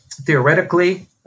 theoretically